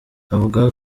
avuga